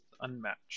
unmatched